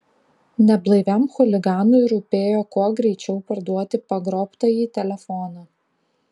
neblaiviam chuliganui rūpėjo kuo greičiau parduoti pagrobtąjį telefoną